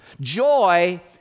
Joy